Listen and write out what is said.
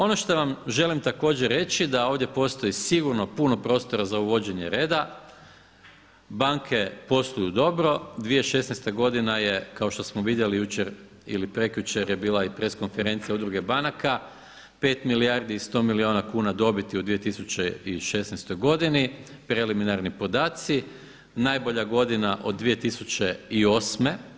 Ono što vam želim također reći da ovdje postoji sigurno puno prostora za uvođenje reda, banke posluju dobro, 2016. godina je kao što smo vidjeli jučer ili prekjučer je bila i press konferencija Udruge banaka, 5 milijardi i 100 milijuna kuna dobiti u 2016. godini, preliminarni podaci, najbolja godina od 2008.